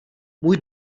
můj